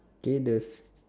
okay the